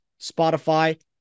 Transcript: Spotify